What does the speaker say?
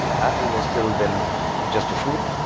apple was still then just a fruit